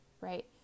right